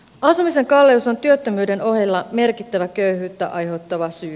asumisen kalleus on työttömyyden ohella merkittävä köyhyyttä aiheuttava syy